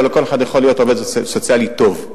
אבל לא כל אחד יכול להיות עובד סוציאלי טוב.